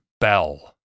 Bell